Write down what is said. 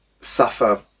suffer